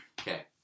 Okay